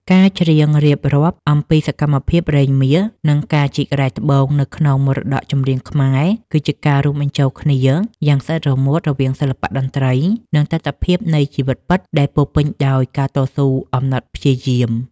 ការច្រៀងរៀបរាប់អំពីសកម្មភាពរែងមាស និងការជីករ៉ែត្បូងនៅក្នុងមរតកចម្រៀងខ្មែរ គឺជាការរួមបញ្ចូលគ្នាយ៉ាងស្អិតរមួតរវាងសិល្បៈតន្ត្រី និងតថភាពនៃជីវិតពិតដែលពោរពេញដោយការតស៊ូអំណត់ព្យាយាម។